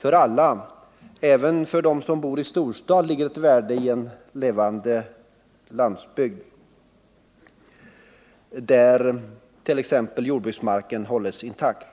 För alla, även för dem som bor i storstaden, ligger det ett värde i en levande landsbygd, där 1. ex. jordbruksmarken hålls intakt.